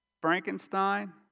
Frankenstein